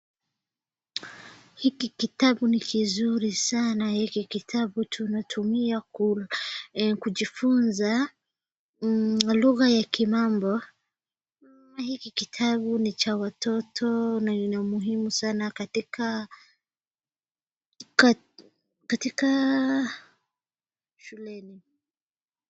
Hiki kitabu ni kizuri sana. Hiki kitabu tunatumia kujifunza lugha ya kimombo. Hiki kitabu ni cha watoto na ina umuhimu sana katika shuleni.